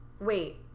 wait